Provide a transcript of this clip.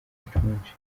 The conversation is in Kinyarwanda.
nshonje